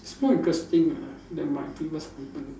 more interesting ah than my previous company